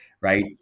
Right